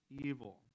evil